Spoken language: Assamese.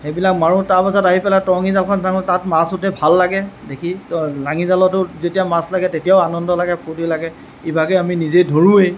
সেইবিলাক মাৰোঁ তাৰ পিছত আহি পেলাই টৰঙি জালখন দাঙো তাত মাছ উঠে ভাল লাগে দেখি লাঙি জালতো যেতিয়া মাছ লাগে তেতিয়াও আনন্দ লাগে ফূৰ্তি লাগে ইভাগে আমি নিজে ধৰোঁৱেই